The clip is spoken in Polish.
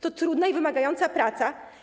To trudna i wymagająca praca.